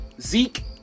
Zeke